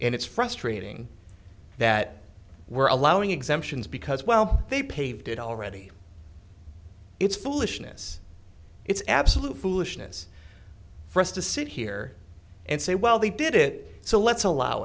and it's frustrating that we're allowing exemptions because well they paved it already it's foolishness it's absolute foolishness for us to sit here and say well they did it so let's allow